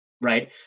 Right